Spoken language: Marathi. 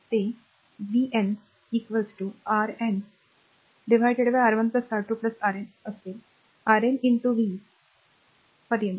तर हे r vn Rn R1 R2 Rn असेल Rn v पर्यंत